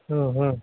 ம் ம்